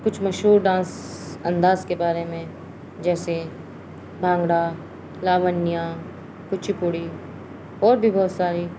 کچھ مشہور ڈانس انداز کے بارے میں جیسے بھانگڑا لاونیا کچی پوڑی اور بھی بہت ساری